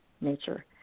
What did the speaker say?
nature